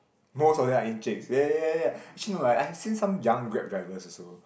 most of them are encik ya ya ya actually no eh I've seen some young grab drivers also